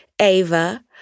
Ava